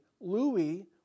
Louis